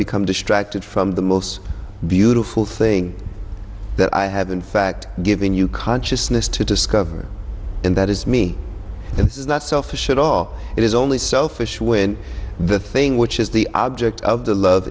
become distracted from the most beautiful thing that i have in fact given you consciousness to discover and that is me and this is not selfish at all it is only selfish when the thing which is the object of the love